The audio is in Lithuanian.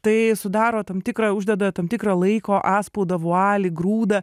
tai sudaro tam tikrą uždeda tam tikrą laiko atspaudą vualį grūdą